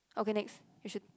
okay next we should